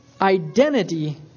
identity